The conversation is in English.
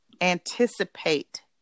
anticipate